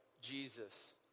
Jesus